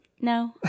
No